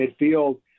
midfield